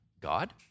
God